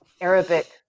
Arabic